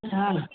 हा